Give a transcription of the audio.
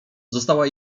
została